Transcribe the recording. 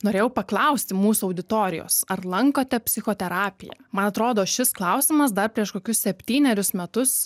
norėjau paklausti mūsų auditorijos ar lankote psichoterapiją man atrodo šis klausimas dar prieš kokius septynerius metus